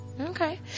Okay